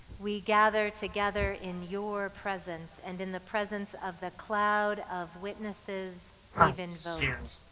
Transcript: we gather together in your presence and in the presence of the cloud of witnesses we've invoked.